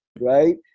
right